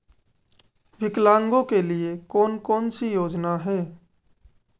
विकलांगों के लिए कौन कौनसी योजना है?